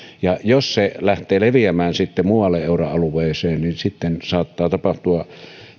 jos se lähtee leviämään muualle euroalueeseen niin sitten saattaa tapahtua